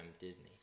Disney